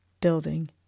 building